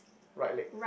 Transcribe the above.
right leg